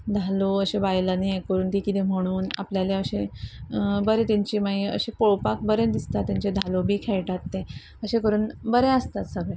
धालो अशे बायलांनी हे करून ती किदें म्हणून आपल्या अशे बरे तेंची मागीर अशे पळोवपाक बरें दिसता तेंचे धालो बी खेळटात ते अशें करून बरे आसतात सगळे